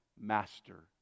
master